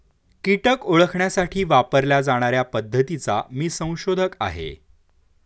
कीटक ओळखण्यासाठी वापरल्या जाणार्या पद्धतीचा मी संशोधक आहे